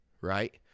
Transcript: right